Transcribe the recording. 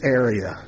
area